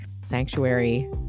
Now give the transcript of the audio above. sanctuary